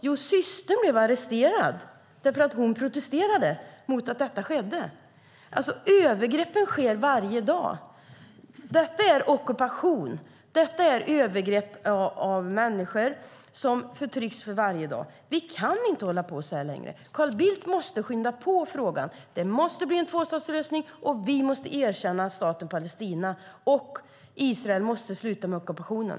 Jo, systern blev arresterad för att hon protesterade mot att detta skedde. Övergreppen sker varje dag. Detta är ockupation, och övergrepp på människor sker varje dag. Vi kan inte hålla på så här längre. Carl Bildt måste skynda på i denna fråga. Det måste bli en tvåstatslösning, vi måste erkänna staten Palestina, och Israel måste sluta med ockupationen.